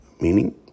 meaning